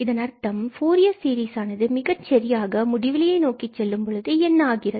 இதன் அர்த்தம் ஃபூரியர் சீரீஸானது மிகச் சரியாக முடிவிலியை நோக்கி செல்லும் பொழுது என்ன ஆகிறது